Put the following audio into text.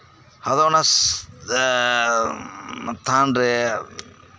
ᱟᱫᱚ ᱚᱱᱟ ᱛᱷᱟᱱᱨᱮ